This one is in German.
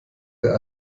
der